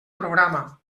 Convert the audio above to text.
programa